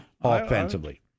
offensively